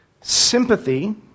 sympathy